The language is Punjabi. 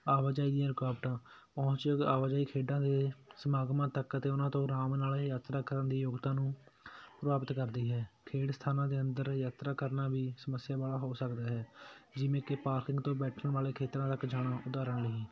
ਆਵਾਜਾਈ ਦੀਆਂ ਰੁਕਾਵਟਾਂ ਆਵਾਜਾਈ ਖੇਡਾਂ ਦੇ ਸਮਾਗਮਾਂ ਤੱਕ ਅਤੇ ਉਹਨਾਂ ਤੋਂ ਆਰਾਮ ਨਾਲ ਇਹ ਯਾਤਰਾ ਕਰਨ ਦੀ ਯੋਗਤਾ ਨੂੰ ਪ੍ਰਭਾਵਿਤ ਕਰਦੀ ਹੈ ਖੇਡ ਸਥਾਨਾਂ ਦੇ ਅੰਦਰ ਯਾਤਰਾ ਕਰਨਾ ਵੀ ਸਮੱਸਿਆ ਵਾਲਾ ਹੋ ਸਕਦਾ ਹੈ ਜਿਵੇਂ ਕਿ ਪਾਰਕਿੰਗ ਤੋਂ ਬੈਠਣ ਵਾਲੇ ਖੇਤਰਾਂ ਤੱਕ ਜਾਣਾ ਉਦਾਰਣ ਲਈ